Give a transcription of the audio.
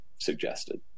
suggested